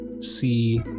see